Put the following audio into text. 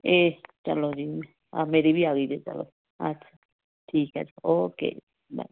ਇਹ ਚਲੋ ਜੀ ਆ ਮੇਰੀ ਵੀ ਆ ਗਈ ਜੇ ਚਲੋ ਅੱਛਾ ਠੀਕ ਹੈ ਜੀ ਓਕੇ ਬਾਏ